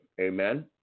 Amen